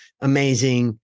amazing